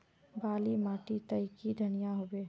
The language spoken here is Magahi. बाली माटी तई की धनिया होबे?